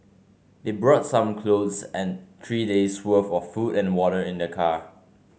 they brought some clothes and three days' worth of food and water in their car